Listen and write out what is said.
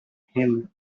him